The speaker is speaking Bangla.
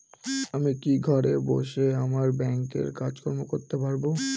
আমি কি ঘরে বসে আমার ব্যাংকের কাজকর্ম করতে পারব?